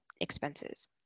expenses